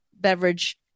beverage